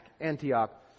Antioch